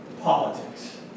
politics